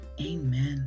Amen